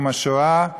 יום השואה,